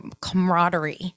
camaraderie